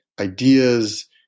ideas